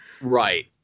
right